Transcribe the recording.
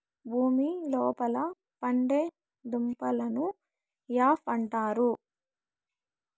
భూమి లోపల పండే దుంపలను యామ్ అంటారు